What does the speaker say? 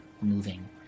moving